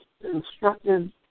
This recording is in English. instructed